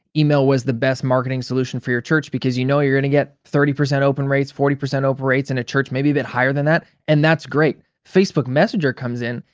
email was the best marketing solution for your church, because you know you're gonna get thirty percent open rates, forty percent open rates, in a church maybe a bit higher than that. and that's great. facebook messenger comes in,